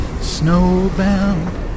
Snowbound